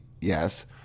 yes